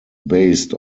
based